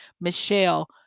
Michelle